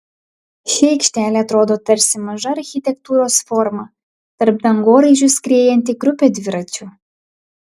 ši aikštelė atrodo tarsi maža architektūros forma tarp dangoraižių skriejanti grupė dviračių